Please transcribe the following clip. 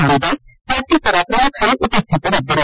ರಾಮ್ದಾಸ್ ಮತ್ತಿತರ ಪ್ರಮುಖರು ಉಪಸ್ಥಿತರಿದ್ದರು